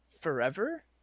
Forever